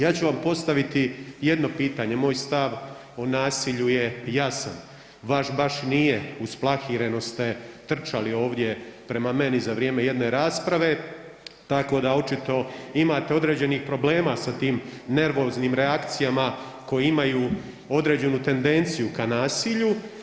Ja ću vam postaviti jedno pitanje, moj stav o nasilju je jasan, vaš baš nije usplahireno ste trčali ovdje prema meni za vrijeme jedne rasprave tako da očito imate određenih problema se tim nervoznim reakcijama koje imaju određenu tendenciju ka nasilju.